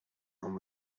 and